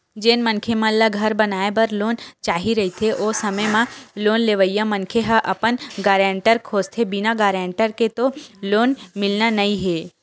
जेन मनखे मन ल घर बनाए बर लोन चाही रहिथे ओ समे म लोन लेवइया मनखे ह अपन गारेंटर खोजथें बिना गारेंटर के तो लोन मिलना नइ हे